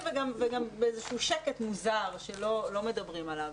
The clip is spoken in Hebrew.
וגם באיזשהו שקט מוזר שלא מדברים עליו.